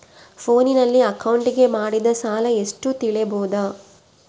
ಫೋನಿನಲ್ಲಿ ಅಕೌಂಟಿಗೆ ಮಾಡಿದ ಸಾಲ ಎಷ್ಟು ತಿಳೇಬೋದ?